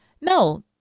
no